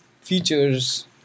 features